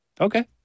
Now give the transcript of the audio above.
Okay